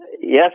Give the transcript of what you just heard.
Yes